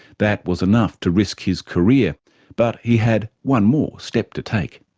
that was enough to risk his career but he had one more step to take.